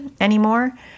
anymore